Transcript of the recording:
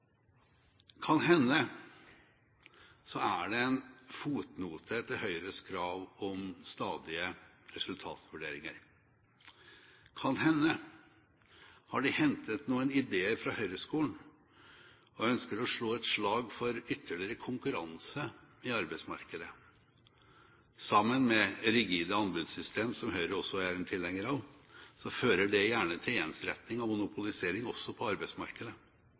Kan hende det er en fotnote til Høyres krav om stadige resultatvurderinger. Kan hende har de hentet noen ideer fra Høyre-skolen og ønsker å slå et slag for ytterligere konkurranse i arbeidsmarkedet. Sammen med rigide anbudssystemer, som Høyre også er en tilhenger av, fører det gjerne til ensretting og monopolisering også på arbeidsmarkedet.